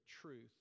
truth